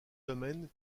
domaines